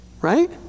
right